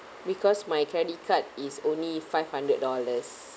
because my credit card is only five hundred dollars